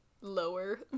lower